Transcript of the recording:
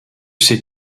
sais